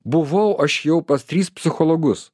buvau aš jau pas tris psichologus